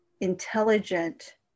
intelligent